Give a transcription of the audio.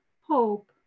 hope